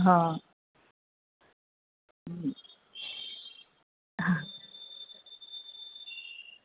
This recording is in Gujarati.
હ હ